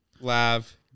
Lav